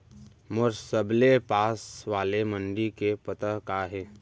मोर सबले पास वाले मण्डी के पता का हे?